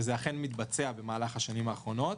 וזה אכן מתבצע במהלך השנים האחרונות.